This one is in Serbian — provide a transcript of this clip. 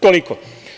Toliko.